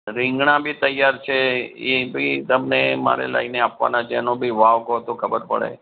રીંગણાં બી તૈયાર છે એ બી એકદમ મેં મારે લાવીને આપવાનાં છે એનો બી ભાવ કહો તો ખબર પડે